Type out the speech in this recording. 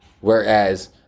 whereas